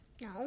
No